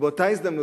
ובאותה הזדמנות,